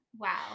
Wow